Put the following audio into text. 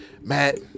Matt